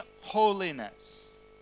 holiness